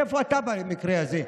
איפה אתה במקרה הזה?